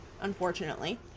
unfortunately